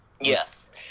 yes